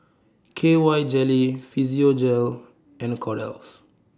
K Y Jelly Physiogel and Kordel's